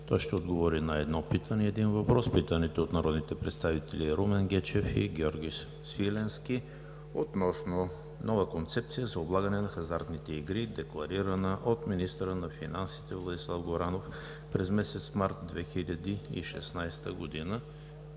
Той ще отговори на едно питане и един въпрос. Питането е от народните представители Румен Гечев и Георги Свиленски относно нова концепция за облагане на хазартните игри, декларирана от министъра на финансите Владислав Горанов през месец март 2016 г.